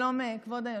שלום, כבוד היושב-ראש.